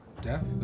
Death